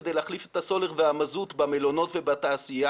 כדי להחליף את הסולר והמזוט במלונות ובתעשייה.